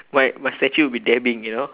my my statue would be dabbing you know